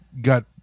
got